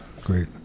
Great